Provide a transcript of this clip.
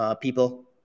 people